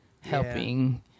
helping